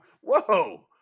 Whoa